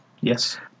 Yes